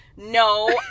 No